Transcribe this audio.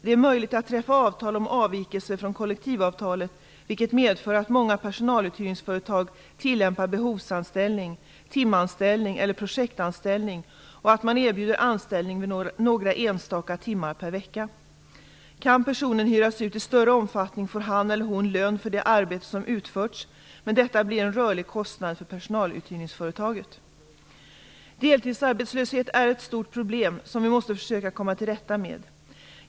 Det är möjligt att träffa avtal om avvikelser från kollektivavtalet, vilket medför att många personaluthyrningsföretag tillämpar behovsanställning, timanställning eller projektanställning och att man erbjuder anställning några enstaka timmar per vecka. Kan personen hyras ut i större omfattning får han eller hon lön för det arbete som utförts, men detta blir en rörlig kostnad för personaluthyrningsföretaget. Deltidsarbetslöshet är ett stort problem, som vi måste försöka komma till rätta med.